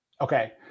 Okay